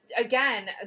again